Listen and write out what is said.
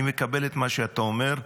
אני מקבל את מה שאתה אומר,